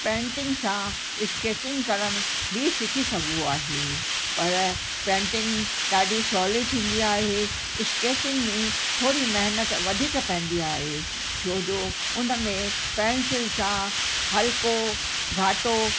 painting सां sketching करण बि सिखी सघिबो आहे पर पेंटिंग ॾाढी सवली थींदी आहे स्केचिंग में थोरी महिनत वधीक पैंदी आहे छो जो हुन में पैंसिल सां हलिको घाटो